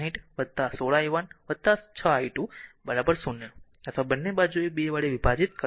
60 16 i 1 6 i2 0 અથવા બંને બાજુએ 2 વડે વિભાજિત